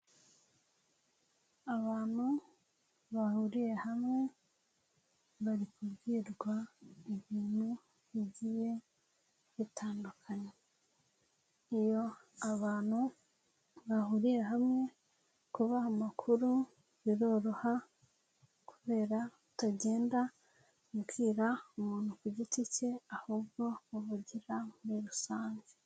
Abantu bahuriye hamwe, bari kubwirwa ibintu bigiye bitandukanye, iyo abantu bahuriye hamwe kubaha amakuru biroroha, kubera kutagenda ubwira umuntu ku giti cye, ahubwo muvugira muri rusange.